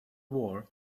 war